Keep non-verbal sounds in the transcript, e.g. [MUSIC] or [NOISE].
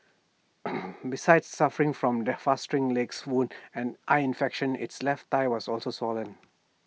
[NOISE] besides suffering from the festering legs wound and eye infection its left thigh was also swollen